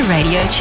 Radio